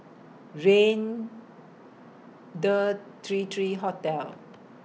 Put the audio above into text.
Raintr three three Hotel